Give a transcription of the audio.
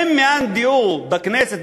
האם מאן דהוא בכנסת,